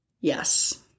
Yes